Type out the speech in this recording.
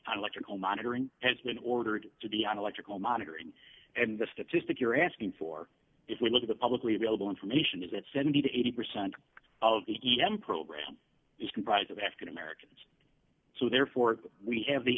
on electrical monitoring has been ordered to be on electrical monitoring and the statistic you're asking for if we look at the publicly available information is that seventy to eighty percent of them program is comprised of african americans so therefore we have the